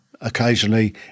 occasionally